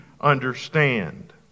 understand